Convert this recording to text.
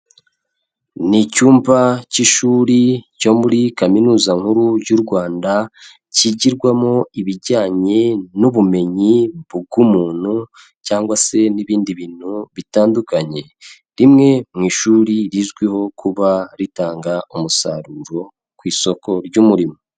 Ni icyumba cy'ishuri cyo muri Kaminuza nkuru y'u Rwanda, kigirwamo ibijyanye n'ubumenyi bw'umuntu cyangwa se n'ibindi bintu bitandukanye, rimwe mu ishuri rizwiho kuba ritanga umusaruro ku isoko ry'umurimo.